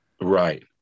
Right